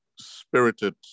spirited